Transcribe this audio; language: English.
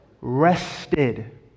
rested